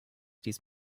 dies